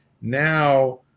Now